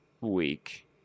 week